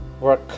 work